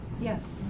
Yes